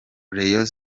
rayon